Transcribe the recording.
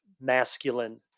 masculine